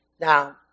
Now